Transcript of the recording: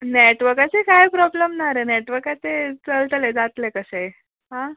नेटवर्काचे काय प्रोबल्म ना रे नेटवर्काचे चलतले जातलें कशेंय आ